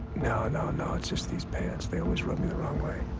no, no, no. it's just these pants. they always rub me the wrong way.